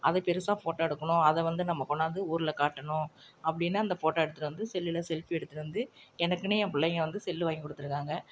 அதை பெருசாக ஃபோட்டோ எடுக்கணும் அதை வந்து நம்ம கொண்டாந்து ஊரில் காட்டணும் அப்படின்னு அந்த ஃபோட்டோ எடுத்துகிட்டு வந்து செல்லில் செல்ஃபி எடுத்துட்டு வந்து எனக்குனே என் பிள்ளைங்கள் வந்து செல்லு வாங்கி கொடுத்துருக்காங்க